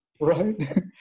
right